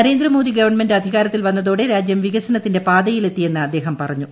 Narendra Modi government അധികാരത്തിൽ വന്നതോടെ രാജ്യം വികസനത്തിന്റെ പാതയിലെത്തിയെന്ന് അദ്ദേഹം പറഞ്ഞു